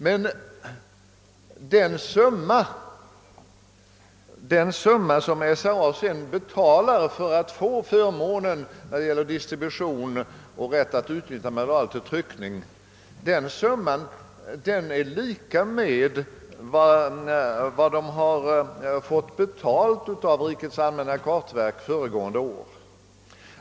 Men den summa som SRA sedan betalar för kartorna och — kan man väl säga — för förmånen i fråga om distribution är lika med vad SRA har fått betalt av rikets allmänna kartverk för tryckning av kartorna åt verket.